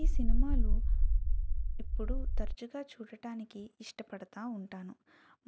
ఈ సినిమాలు ఎప్పుడూ తరచుగా చూడటానికి ఇష్టపడతూ ఉంటాను